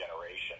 generation